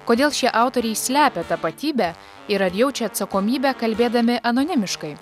kodėl šie autoriai slepia tapatybę ir ar jaučia atsakomybę kalbėdami anonimiškai